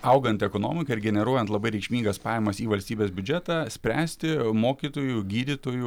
augant ekonomikai ir generuojant labai reikšmingas pajamas į valstybės biudžetą spręsti mokytojų gydytojų